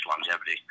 longevity